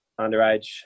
underage